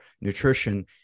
nutrition